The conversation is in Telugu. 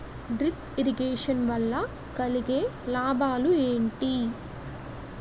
డ్రిప్ ఇరిగేషన్ వల్ల కలిగే లాభాలు ఏంటి?